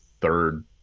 third